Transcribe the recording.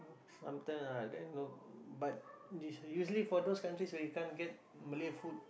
sometimes ah then no but this usually for those countries where you can't get Malay food